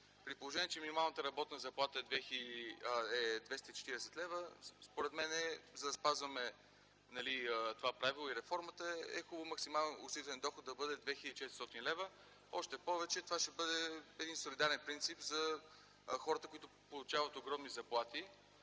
При положение, че минималната работна заплата е 240 лв., според мен, за да спазвам това правило в реформата е хубаво максималният осигурителен доход да бъде 2400 лв. Още повече, че това ще бъде един солидарен принцип за хората, които получават огромни заплати